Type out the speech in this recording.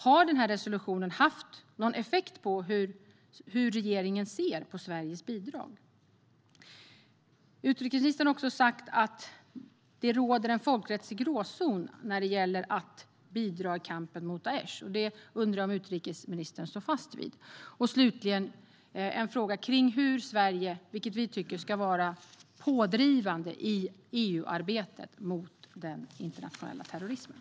Har resolutionen haft någon effekt på hur regeringen ser på Sveriges bidrag? Utrikesministern har sagt att det råder en folkrättslig gråzon när det gäller att bidra i kampen mot Daish. Står utrikesministern fast vid det? Hur kan Sverige, vilket vi tycker, vara pådrivande i EU-arbetet mot den internationella terrorismen?